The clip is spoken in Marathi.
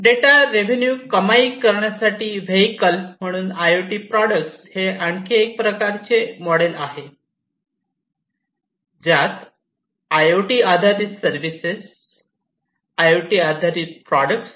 डेटा रेव्ह्यून्यू कमाई करण्यासाठी वेहिकल म्हणून आय ओ टी प्रॉडक्ट्स् हे आणखी एक प्रकारचे मोडेल आहे जो आयओटी आधारित सर्विसेस आयओटी आधारित प्रॉडक्ट्स् साठी वापरला जातो